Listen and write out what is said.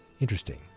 Interesting